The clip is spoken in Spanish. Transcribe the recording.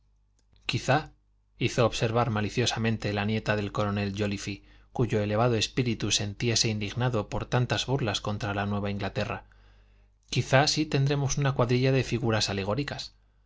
quizá hizo observar maliciosamente la nieta del coronel jóliffe cuyo elevado espíritu sentíase indignado por tantas burlas contra la nueva inglaterra quizá si tendremos una cuadrilla de figuras alegóricas